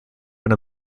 when